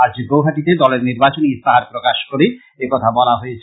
আজ গৌহাটিতে দলের নির্বাচনী ইস্তাহার প্রকাশ করে এই কথা বলা হয়েছে